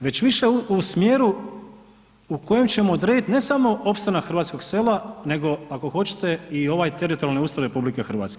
Već više u smjeru u kojem ćemo odrediti, ne samo opstanak hrvatskog sela nego, ako hoćete i ovaj teritorijalni ustroj RH.